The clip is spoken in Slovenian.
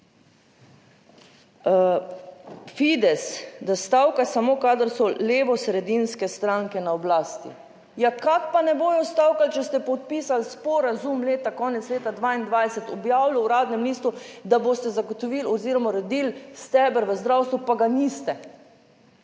Fides, da stavka samo, kadar so levosredinske stranke na oblasti. Ja kako pa ne bodo stavkali, če ste podpisali sporazum leta, konec leta 2022, objavili v Uradnem listu, da boste zagotovili oziroma uredili steber v zdravstvu, pa ga niste?